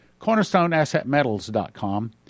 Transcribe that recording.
Cornerstoneassetmetals.com